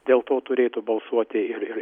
dėl to turėtų balsuoti ir ir